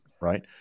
right